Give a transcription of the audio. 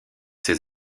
ces